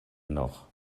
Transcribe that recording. noch